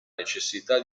necessità